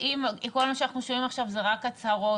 אם כל מה שאנחנו שומעים עכשיו זה רק הצהרות,